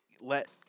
let